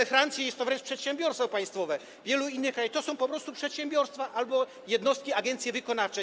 We Francji jest to wręcz przedsiębiorstwo państwowe, w wielu innych krajach to są po prostu przedsiębiorstwa albo jednostki, agencje wykonawcze.